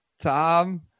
Tom